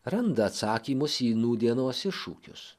randa atsakymus į nūdienos iššūkius